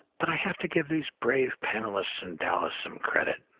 but i have to give these brave panelists in dallas some credit.